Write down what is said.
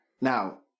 now